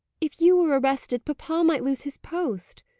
if you were arrested, papa might lose his post,